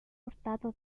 hurtado